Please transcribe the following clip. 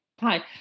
Hi